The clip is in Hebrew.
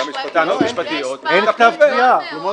יש טענות משפטיות --- יש פער גדול מאוד